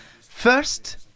first